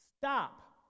stop